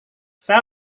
saya